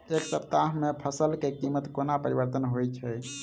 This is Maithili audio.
एक सप्ताह मे फसल केँ कीमत कोना परिवर्तन होइ छै?